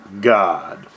God